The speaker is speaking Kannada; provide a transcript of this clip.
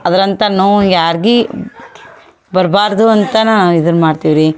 ಅದರಂಥ ನೋವು ಯಾರ್ಗೂ ಬರಬಾರ್ದು ಅಂಥನೇ ಇದನ್ನು ಮಾಡ್ತೀವಿ ರೀ